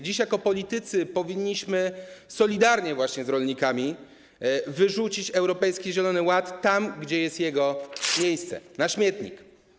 Dziś jako politycy powinniśmy solidarnie z rolnikami wyrzucić Europejski Zielony Ład tam, gdzie jest jego miejsce - na śmietnik.